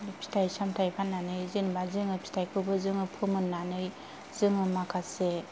फिथाय सामथाय फाननानै जेनेबा जोङो फिथायखौबो जोङो फोमोननानै जोङो माखासे